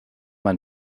man